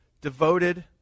devoted